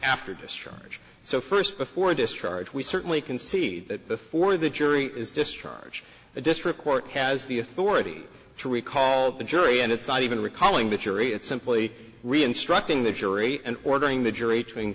after discharge so first before discharge we certainly can see that before the jury is discharge the district court has the authority to recall the jury and it's not even recalling the jury it simply reince trucking the jury and ordering the jury t